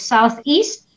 Southeast